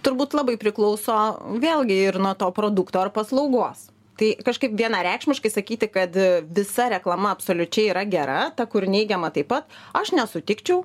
turbūt labai priklauso vėlgi ir nuo to produkto ar paslaugos tai kažkaip vienareikšmiškai sakyti kad visa reklama absoliučiai yra gera ta kur neigiama taip pat aš nesutikčiau